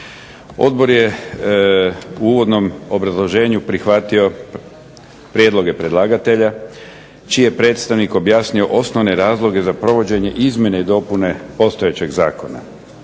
Odbor je u uvodnom obrazloženju prihvatio prijedloge predlagatelja, čiji je predstavnik objasnio osnovne razloge za provođenje izmjene i dopune postojećeg zakona.